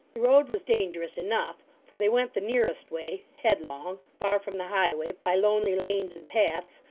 the road was dangerous enough, for they went the nearest way headlong far from the highway by lonely lanes and paths,